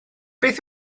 beth